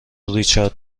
ریچارد